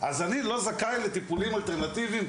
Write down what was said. אז אני לא זכאי לטיפולים אלטרנטיביים,